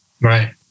Right